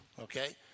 Okay